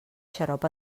xarop